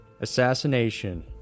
assassination